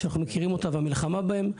שאנחנו מכירים אותה והמלחמה בהם.